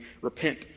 repent